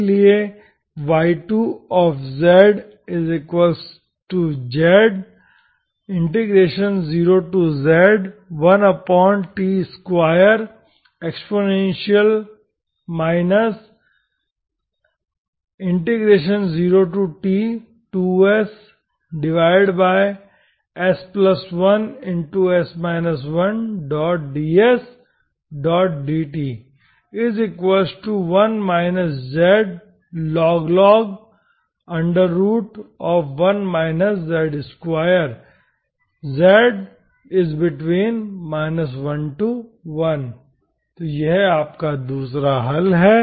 इसलिए y2zz0z1t2e 0t2ss1s 1dsdt1 zlog 1 z2 1z1 तो यह आपका दूसरा उपाय है